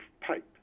pipe